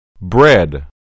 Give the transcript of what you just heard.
Bread